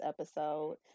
episode